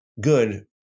good